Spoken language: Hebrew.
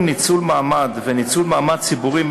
"ניצול מעמד" ו"ניצול מעמד ציבורי מיוחד"